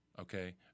okay